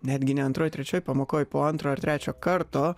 netgi ne antroj trečioj pamokoj po antro ar trečio karto